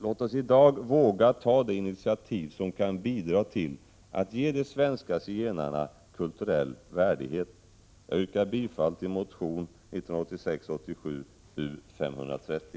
Låt oss i dag våga ta det initiativ som kan bidra till att ge de svenska zigenarna kulturell värdighet. Jag yrkar bifall till motion 1987/ 88:U530.